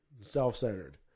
self-centered